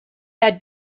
had